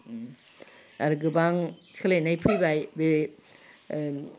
आरो गोबां सोलायनाय फैबाय बे